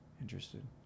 Interested